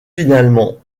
finalement